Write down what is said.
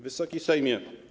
Wysoki Sejmie!